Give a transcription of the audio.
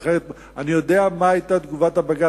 לכן אני יודע מה היתה תגובת בג"ץ.